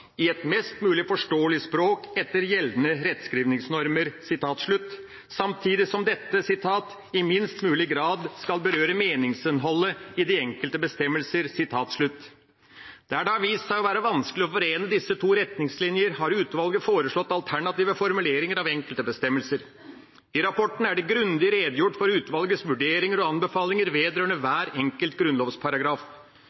«i et mest mulig forståelig språk etter gjeldende rettskrivingsnormer», samtidig som dette «i minst mulig grad skal berøre meningsinnholdet i de enkelte bestemmelsene». Der det har vist seg vanskelig å forene disse to retningslinjene, har utvalget foreslått alternative formuleringer av enkelte bestemmelser. I rapporten er det grundig redegjort for utvalgets vurderinger og anbefalinger vedrørende